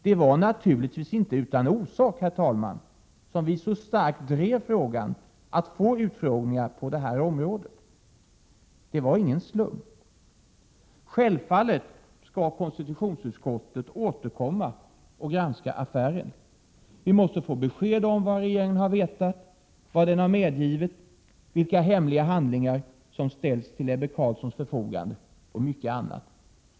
Det var naturligtvis inte utan orsak, herr talman, som vi så starkt drev på för att få utfrågningar på detta område. Det var ingen slump. Självfallet skall konstitutionsutskottet återkomma och granska affären. Vi måste få besked om vad regeringen har vetat, vad den medgivit, vilka hemliga handlingar som ställts till Ebbe Carlssons förfogande och mycket annat.